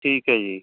ਠੀਕ ਹੈ ਜੀ